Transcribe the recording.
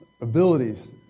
abilities